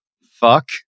Fuck